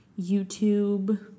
YouTube